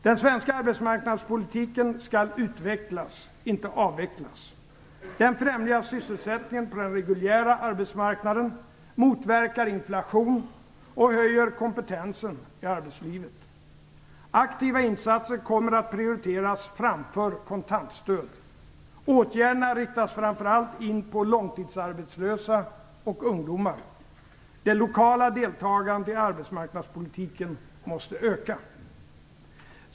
Den svenska arbetsmarknadspolitiken skall utvecklas, inte avvecklas. Den främjar sysselsättningen på den reguljära arbetsmarknaden, motverkar inflationen och höjer kompetensen i arbetslivet. Aktiva insatser kommer att prioriteras framför kontantstöd. Åtgärderna riktas framför allt in på långtidsarbetslösa och ungdomar. Det lokala deltagandet i arbetsmarknadspolitiken måste öka.